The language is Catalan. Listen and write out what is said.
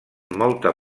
molta